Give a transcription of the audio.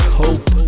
hope